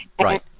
right